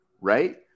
right